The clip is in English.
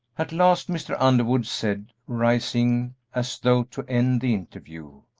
at last mr. underwood said, rising as though to end the interview,